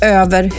över